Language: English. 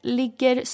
ligger